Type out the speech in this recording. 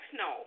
no